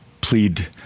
plead